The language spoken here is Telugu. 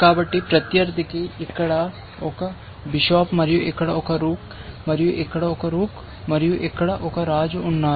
కాబట్టి ప్రత్యర్థికి ఇక్కడ ఒక బిషప్ మరియు ఇక్కడ ఒక రూక్ మరియు ఇక్కడ ఒక రూక్ మరియు ఇక్కడ ఒక రాజు ఉన్నారు